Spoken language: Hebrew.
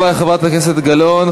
תודה רבה לחברת הכנסת גלאון.